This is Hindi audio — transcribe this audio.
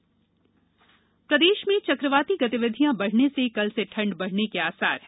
मौसम प्रदेश में चक्रवाती गतिविधियां बढ़ने से कल से ठंड बढ़ने के आसर हैं